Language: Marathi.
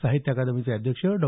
साहित्य अकादमीचे अध्यक्ष डॉ